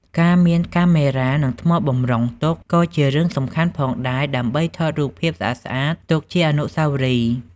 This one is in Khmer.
ការមាន កាមេរ៉ា និងថ្មបម្រុងទុកក៏ជារឿងសំខាន់ផងដែរដើម្បីថតរូបភាពស្អាតៗទុកជាអនុស្សាវរីយ៍។